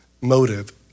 motive